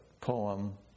poem